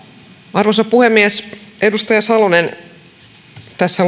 arvoisa puhemies edustaja salonen tässä